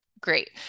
great